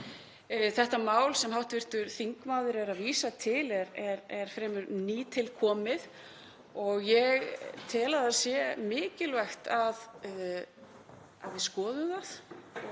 Þetta mál sem hv. þingmaður er að vísa til er fremur nýtilkomið og ég tel að það sé mikilvægt að við skoðum það,